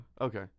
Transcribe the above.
Okay